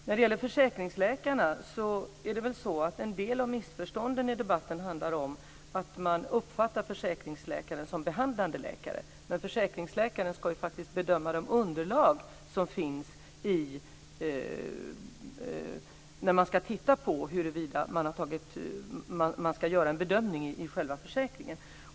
När det gäller försäkringsläkarna är det väl så att en del av missförstånden i debatten handlar om att man uppfattar försäkringsläkaren som behandlande läkare, men försäkringsläkaren ska ju faktiskt bedöma underlagen inför bedömningen i själva försäkringen.